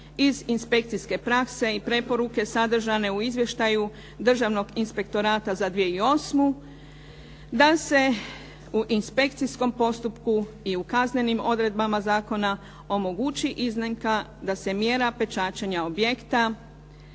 iz inspekcijske prakse i preporuke sadržane u Izvještaju Državnog inspektorata za 2008. da se u inspekcijskom postupku i u kaznenim odredbama zakona omogući iznimna da se mjera pečačenja objekta